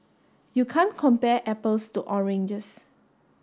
you can't compare apples to oranges